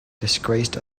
disgraced